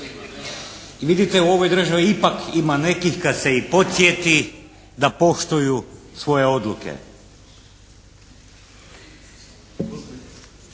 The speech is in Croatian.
Vidite u ovoj državi ipak ima nekih kad ste i podsjeti da poštuju svoje odluke.